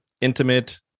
intimate